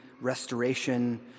restoration